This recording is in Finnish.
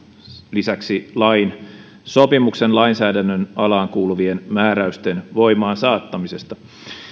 lisäksi lain sopimuksen lainsäädännön alaan kuuluvien määräysten voimaansaattamisesta